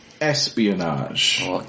espionage